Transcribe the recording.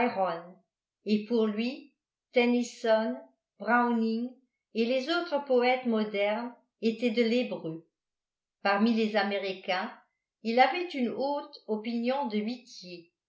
et pour lui tennyson browning et les autres poètes modernes étaient de l'hébreu parmi les américains il avait une haute opinion de